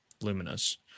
Luminous